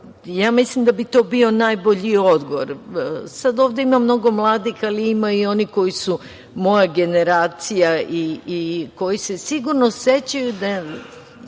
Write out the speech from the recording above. Mislim da bi to bilo najbolji odgovor. Sad ovde ima mnogo mladih, ali ima i onih koji su moja generacija i koji se sigurno sećaju da